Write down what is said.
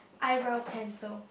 eyebrow pencil